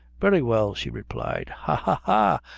very well, she replied. ha!